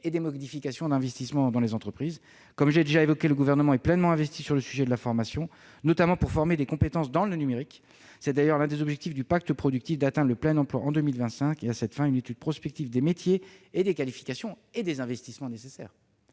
et des modifications dans les investissements des entreprises. Comme je l'ai déjà indiqué, le Gouvernement est pleinement investi sur le sujet de la formation, notamment pour développer des compétences dans le numérique. L'un des objectifs du Pacte productif est d'ailleurs d'atteindre le plein emploi en 2025. À cette fin, une étude prospective des métiers, des qualifications et des investissements nécessaires